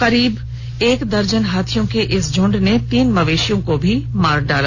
करीब एक दर्जन हाथियों के इस झुंड ने तीन मवेशियों को भी मार डाला